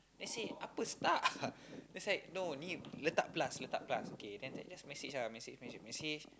then say apa star it's like no ni letak plus letak plus okay then after that just message ah message message message